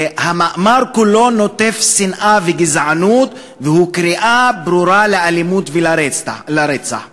המאמר כולו נוטף שנאה וגזענות והוא קריאה ברורה לאלימות ולרצח.